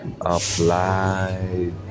applied